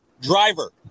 Driver